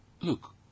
look